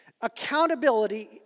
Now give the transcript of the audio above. Accountability